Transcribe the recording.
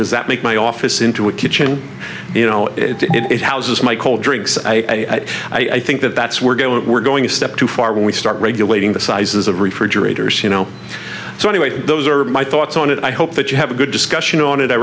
does that make my office into a kitchen you know it houses my cold drinks i i think that that's we're get we're going to step too far when we start regulating the sizes of refrigerators you know so anyway those are my thoughts on it i hope that you have a good discussion on it i